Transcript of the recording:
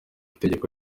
itegeko